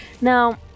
Now